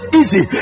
easy